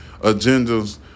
agendas